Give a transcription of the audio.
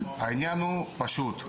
העניין הוא פשוט.